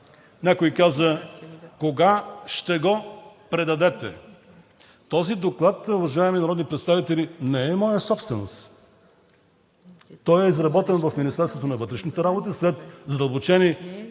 Някой каза: кога ще го предадете? Този доклад, уважаеми народни представители, не е моя собственост. Той е изработен в Министерството на вътрешните работи след задълбочени,